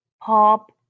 pop